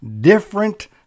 different